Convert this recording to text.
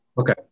Okay